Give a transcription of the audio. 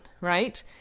right